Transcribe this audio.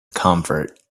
convert